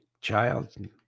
child